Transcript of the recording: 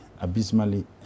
abysmally